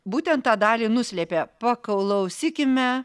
būtent tą dalį nuslėpė paklausykime